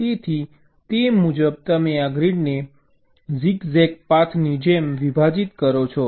તેથી તે મુજબ તમે આ ગ્રીડને ઝિગઝેગ પાથ ની જેમ વિભાજિત કરો છો